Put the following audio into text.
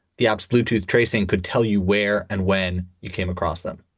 the absolute truth tracing could tell you where and when you came across them